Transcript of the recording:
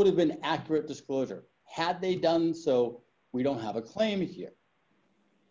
would have been accurate disclosure had they done so we don't have a claim here